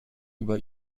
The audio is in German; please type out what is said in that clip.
über